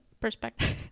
perspective